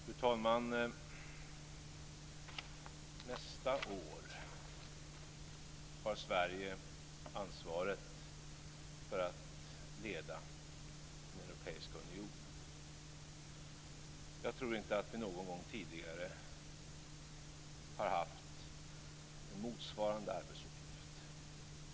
Fru talman! Nästa år har Sverige ansvaret för att leda den europeiska unionen. Jag tror inte att vi någon gång tidigare har haft en motsvarande arbetsuppgift.